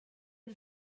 had